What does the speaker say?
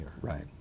Right